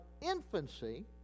infancy